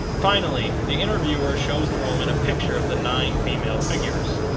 finally, the interviewer shows the woman a picture of the nine female figures,